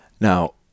now